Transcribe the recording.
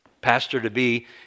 pastor-to-be